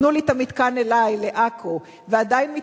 תנו לי את המתקן אלי, לעכו, ועדיין מתעלמים,